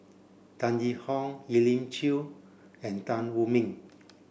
Tan Yee Hong Elim Chew and Tan Wu Meng